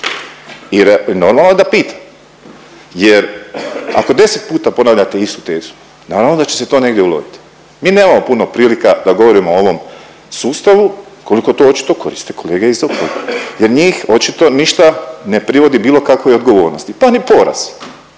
i normalno je da pitam jer ako 10 puta ponavljate istu tezu naravno da će se to negdje uloviti. Mi nemamo puno prilika da govorimo o ovom sustavu koliko očito to koriste kolege iz oporbe jer njih očito ništa ne privodi bilo kakvoj odgovornosti pa ni poraz.